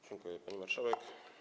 Dziękuję, pani marszałek.